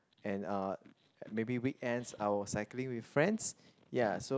and uh maybe weekends I will cycling with friends ya so